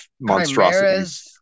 monstrosities